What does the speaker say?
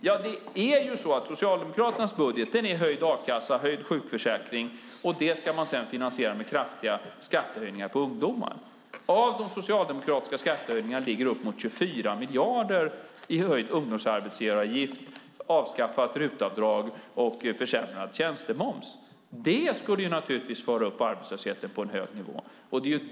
Ja, det är så att Socialdemokraternas budget har höjd a-kassa och höjd sjukförsäkring, och det ska man sedan finansiera med kraftiga skattehöjningar på ungdomar. Av de socialdemokratiska skattehöjningarna ligger uppemot 24 miljarder i höjd ungdomsarbetsgivaravgift, avskaffat RUT-avdrag och försämrad tjänstemoms. Det skulle naturligtvis föra upp arbetslösheten till en hög nivå.